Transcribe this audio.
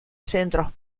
centros